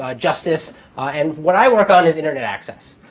ah justice and what i work on is internet access.